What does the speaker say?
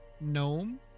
gnome